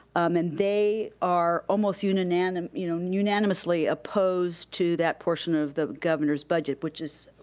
um and they are almost unanimously you know unanimously opposed to that portion of the governor's budget, which is,